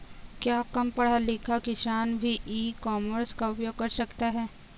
क्या कम पढ़ा लिखा किसान भी ई कॉमर्स का उपयोग कर सकता है?